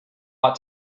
ought